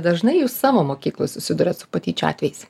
dažnai jūs savo mokykloj susiduriat su patyčių atvejais